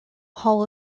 hall